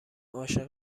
عاشق